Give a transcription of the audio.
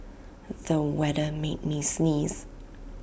the weather made me sneeze